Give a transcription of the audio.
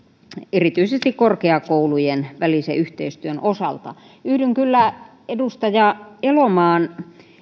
erityisesti korkeakoulujen välisen yhteistyön osalta yhdyn kyllä edustaja elomaan